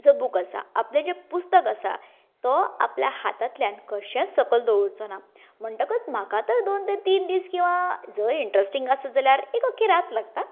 जो बूक आसा आपलें जें पुस्तक आसा तो आपल्या हातांतल्यान कशेंच सकल दवरचो ना म्हणटकच म्हाका तर दोन ते तीन दीस किंवां जर इंट्रस्टिंग आसत जाल्यार एक अख्खी रात लागता